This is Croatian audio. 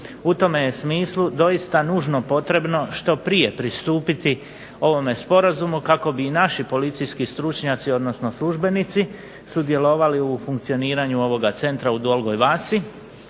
u tome je smislu doista nužno potrebno što prije pristupiti ovome sporazumu kako bi i naši policijski stručnjaci, odnosno službenici sudjelovali u funkcioniranju ovoga centra u Dolgoj Vasi,